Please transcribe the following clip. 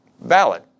Valid